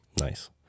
nice